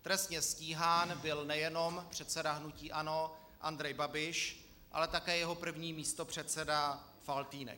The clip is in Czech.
Trestně stíhán byl nejenom předseda hnutí ANO Andrej Babiš, ale také jeho první místopředseda Faltýnek.